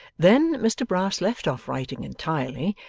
then, mr brass left off writing entirely,